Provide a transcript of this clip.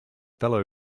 fellow